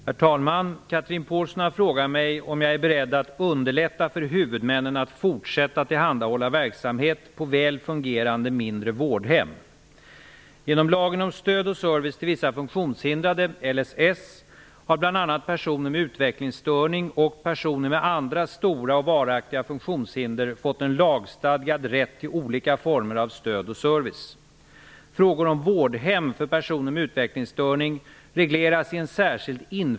Herr talman! Chatrine Pålsson har frågat mig om jag är beredd att underlätta för huvudmännen att fortsätta tillhandahålla verksamhet på väl fungerande mindre vårdhem.